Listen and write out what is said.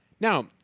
Now